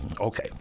Okay